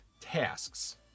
tasks